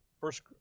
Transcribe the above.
first